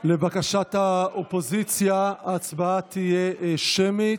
לבקשת האופוזיציה, ההצבעה תהיה שמית.